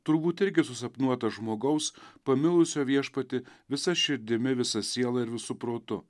turbūt irgi susapnuotas žmogaus pamilusio viešpatį visa širdimi visa siela ir visu protu